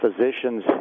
physician's